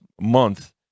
month